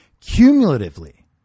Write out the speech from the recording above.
Cumulatively